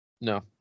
No